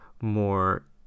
more